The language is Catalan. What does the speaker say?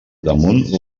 damunt